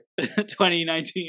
2019